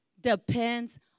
depends